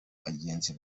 bagenzi